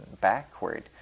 backward